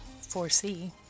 foresee